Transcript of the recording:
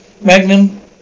magnum